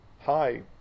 hi